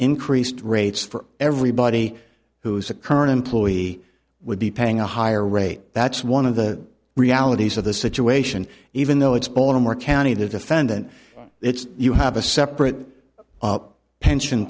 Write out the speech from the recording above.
increased rates for everybody who is a current employee would be paying a higher rate that's one of the realities of the situation even though it's baltimore county the defendant it's you have a separate pension